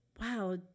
wow